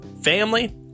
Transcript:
family